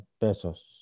pesos